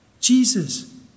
Jesus